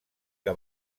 que